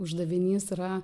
uždavinys yra